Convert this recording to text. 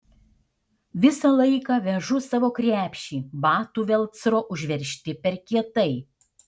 visą laiką vežu savo krepšį batų velcro užveržti per kietai